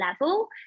level